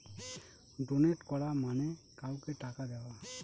donate করা মানে কাউকে টাকা দেওয়া